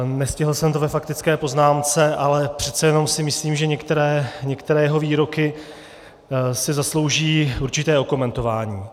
Nestihl jsem to ve faktické poznámce, ale přece jenom si myslím, že některé jeho výroky si zaslouží určité okomentování.